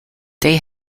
they